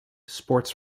sports